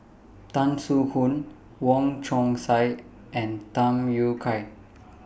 Tan Soo Khoon Wong Chong Sai and Tham Yui Kai